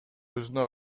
өзүнө